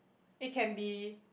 it can be